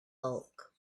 bulk